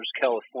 California